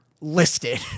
listed